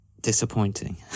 disappointing